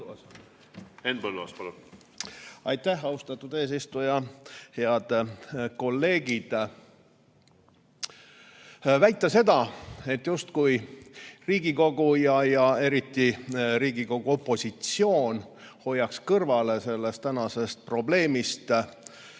Aitäh, austatud eesistuja! Head kolleegid! Väita seda, justkui Riigikogu ja eriti Riigikogu opositsioon hoiaks kõrvale tänasest probleemist,